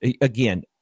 again